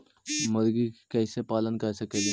मुर्गि के कैसे पालन कर सकेली?